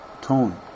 tone